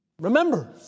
Remember